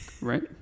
right